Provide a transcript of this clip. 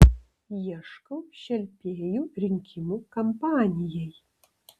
ieškau šelpėjų rinkimų kampanijai